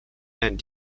and